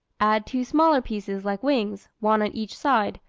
add two smaller pieces like wings, one on each side,